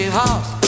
house